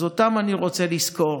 אז אותם אני רוצה לזכור,